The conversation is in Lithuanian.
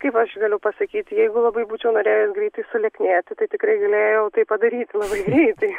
kaip aš galiu pasakyti jeigu labai būčiau norėjus greitai sulieknėti tai tikrai galėjau tai padaryti labai greitai